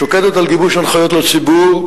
שוקדת על גיבוש הנחיות לציבור,